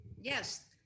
Yes